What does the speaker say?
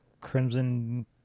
Crimson